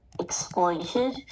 exploited